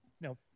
No